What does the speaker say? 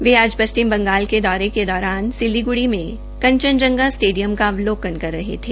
वे आज पश्चिम बंगाल के दौरे के दौरान सिलीगुड़ी में कंचनजंगा स्टेडियम का अवलोकन कर रहे थे